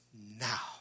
now